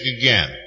again